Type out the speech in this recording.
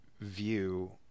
view